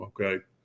Okay